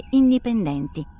indipendenti